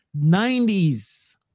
90s